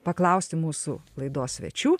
paklausti mūsų laidos svečių